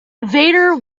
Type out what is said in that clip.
vader